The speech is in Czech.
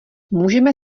můžeme